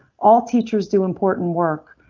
all teachers do important work.